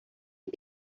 had